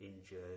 injured